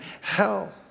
hell